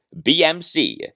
BMC